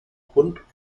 grund